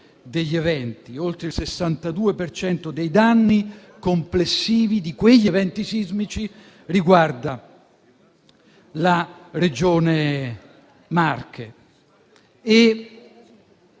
Oltre il 62 per cento dei danni complessivi di quegli eventi sismici riguarda la Regione Marche.